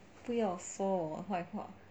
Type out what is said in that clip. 不要说我坏话